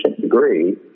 degree